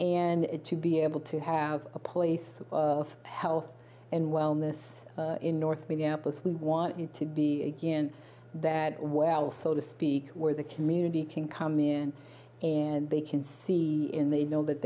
it to be able to have a place of health and wellness in north minneapolis we want you to be in that well so to speak where the community can come in and they can see in they know that